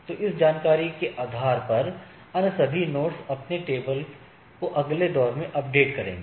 तो इस जानकारी के आधार पर अन्य सभी नोड्स अपने टेबल को अगले दौर में अपडेट करेंगे